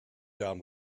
down